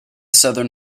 southern